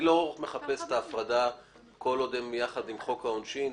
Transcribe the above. אני לא מחפש את ההפרדה כל עוד הם יחד עם חוק העונשין.